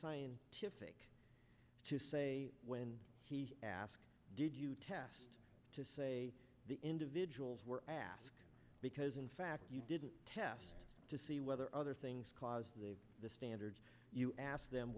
scientific to say when he asked did you test to say the individuals were asked because in fact you didn't test to see whether other things cause the standard you asked them